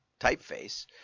typeface